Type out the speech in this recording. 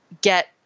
get